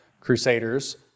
crusaders